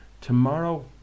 Tomorrow